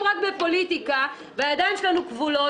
רק בפוליטיקה והידיים שלנו כבולות.